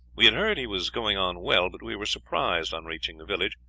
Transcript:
we had heard he was going on well but we were surprised, on reaching the village,